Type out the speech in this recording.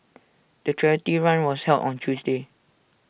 the charity run was held on Tuesday